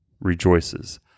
rejoices